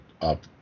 up